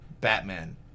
Batman